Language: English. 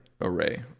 array